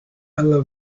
alla